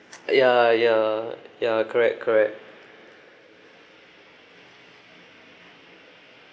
ya ya ya correct correct